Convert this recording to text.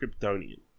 Kryptonian